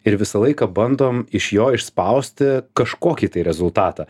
ir visą laiką bandom iš jo išspausti kažkokį tai rezultatą